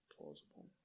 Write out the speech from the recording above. plausible